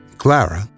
Clara